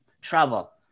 trouble